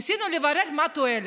ניסינו לברר מה התועלת,